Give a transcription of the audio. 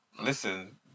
Listen